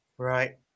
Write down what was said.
Right